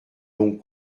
long